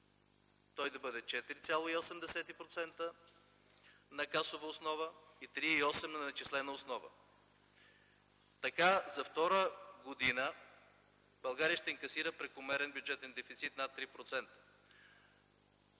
той да бъде 4,8% на касова основа и 3,8% на начислена основа. Така за втора година България ще инкасира прекомерен бюджетен дефицит над 3%.